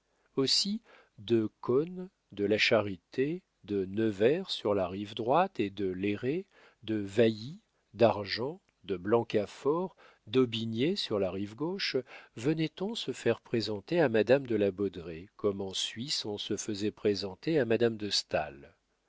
aussi de cosne de la charité de nevers sur la rive droite et de léré de vailly d'argent de blancafort d'aubigny sur la rive gauche venait on se faire présenter à madame de la baudraye comme en suisse on se faisait présenter à madame de staël